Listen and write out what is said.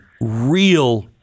real